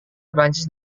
prancis